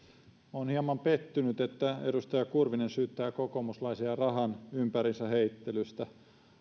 olen hieman pettynyt että edustaja kurvinen syyttää kokoomuslaisia rahan ympäriinsä heittelystä